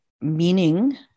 meaning